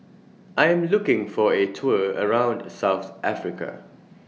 I Am looking For A Tour around South Africa